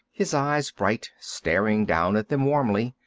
his eyes bright, staring down at them warmly.